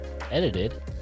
Edited